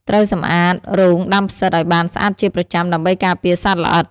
ត្រូវសម្អាតរោងដាំផ្សិតឲ្យបានស្អាតជាប្រចាំ ដើម្បីការពារសត្វល្អិត។